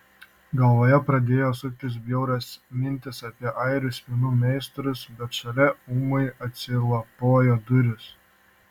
galvoje pradėjo suktis bjaurios mintys apie airių spynų meistrus bet šalia ūmai atsilapojo durys